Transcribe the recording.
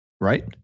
Right